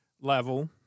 level